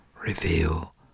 Reveal